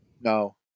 No